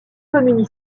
communes